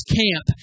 camp